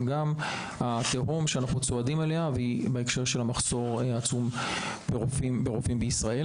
גם החירום שאנחנו צועדים אליו בהקשר של המחסור העצום ברופאים בישראל.